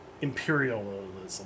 imperialism